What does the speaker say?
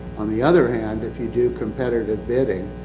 on the other hand, if you do competitive bidding,